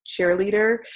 cheerleader